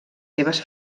seves